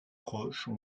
proches